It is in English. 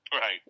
Right